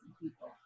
people